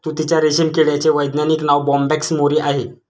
तुतीच्या रेशीम किड्याचे वैज्ञानिक नाव बोंबॅक्स मोरी आहे